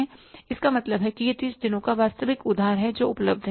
तो इसका मतलब है कि यह 30 दिनों का वास्तविक उधार है जो उपलब्ध है